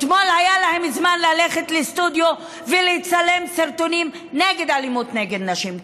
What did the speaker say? אתמול היה להם זמן ללכת לסטודיו ולצלם סרטונים נגד אלימות נגד נשים.